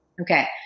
Okay